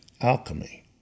alchemy